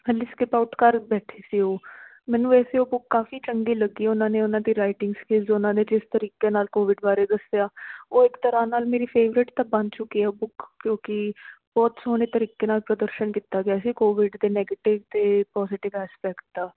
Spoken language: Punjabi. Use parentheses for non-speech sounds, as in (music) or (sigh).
(unintelligible) ਕਰ ਬੈਠੀ ਸੀ ਉਹ ਮੈਨੂੰ ਵੈਸੇ ਉਹ ਬੁੱਕ ਕਾਫੀ ਚੰਗੇ ਲੱਗੀ ਉਹਨਾਂ ਨੇ ਉਹਨਾਂ ਦੇ ਰਾਈਟਿੰਗ ਸਕਿੱਲਸ ਉਹਨਾਂ ਨੇ ਜਿਸ ਤਰੀਕੇ ਨਾਲ ਕੋਵਿਡ ਬਾਰੇ ਦੱਸਿਆ ਉਹ ਇੱਕ ਤਰ੍ਹਾਂ ਨਾਲ ਮੇਰੀ ਫੇਵਰੇਟ ਤਾਂ ਬਣ ਚੁੱਕੀ ਉਹ ਬੁੱਕ ਕਿਉਂਕਿ ਬਹੁਤ ਸੋਹਣੇ ਤਰੀਕੇ ਨਾਲ ਪ੍ਰਦਸ਼ਨ ਕੀਤਾ ਗਿਆ ਸੀ ਕੋਵਿਡ ਦੇ ਨੈਗੇਟਿਵ ਅਤੇ ਪੋਜੀਟਿਵ ਐਸਪੈਕਟ ਦਾ